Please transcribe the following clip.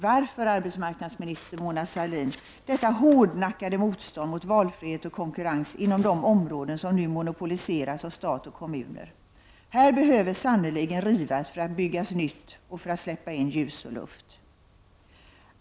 Varför, arbetsmarknadsminister Mona Sahlin, detta hårdnackade motstånd mot valfrihet och konkurrens inom de områden som nu monopoliseras av stat och kommuner? Här behöver sannerligen rivas för att bygga nytt och för att släppa in ljus och luft.